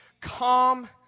calm